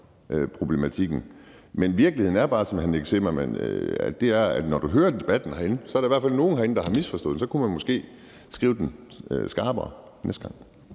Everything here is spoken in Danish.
problematikken. Men virkeligheden er bare, hr. Nick Zimmermann, når du hører debatten herinde, at der i hvert fald er nogle, der har misforstået det. Så kunne man måske skrive det skarpere næste gang.